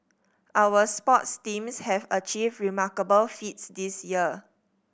our sports teams have achieved remarkable feats this year